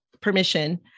permission